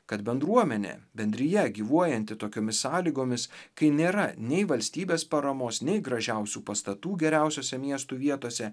kad bendruomenė bendrija gyvuojanti tokiomis sąlygomis kai nėra nei valstybės paramos nei gražiausių pastatų geriausiose miestų vietose